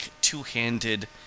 two-handed